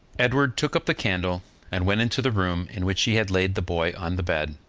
edward took up the candle and went into the room in which he had laid the boy on the bed.